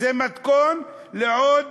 זה מתכון לעוד